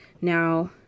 now